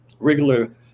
Regular